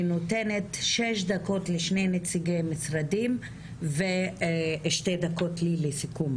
אני נותנת שש דקות לשני נציגי המשרדים ושתי דקות לסיכום,